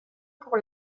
pour